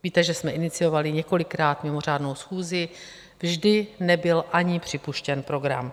Víte, že jsme iniciovali několikrát mimořádnou schůzi, vždy nebyl ani připuštěn program.